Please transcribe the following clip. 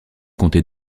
comté